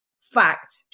Fact